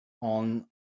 on